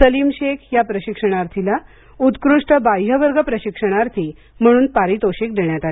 सलीम शेख या प्रशिक्षणार्थींना उत्कृष्ट बाह्यवर्ग प्रशिक्षणार्थी म्हण्न परितोषिक देण्यात आलं